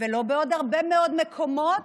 ולא בעוד הרבה מאוד מקומות